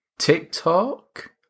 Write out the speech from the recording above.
TikTok